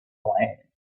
land